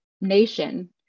nation